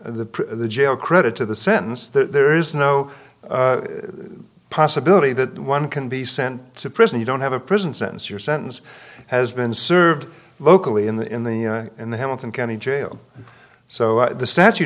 to the jail credit to the sentence there is no possibility that one can be sent to prison you don't have a prison sentence your sentence has been served locally in the in the in the hamilton county jail so the statu